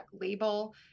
label